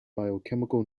biochemical